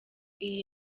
iyi